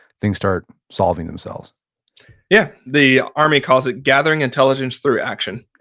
things start solving themselves yeah. the army calls it gathering intelligence through action,